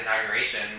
inauguration